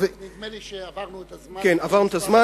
נדמה לי שעברנו את הזמן.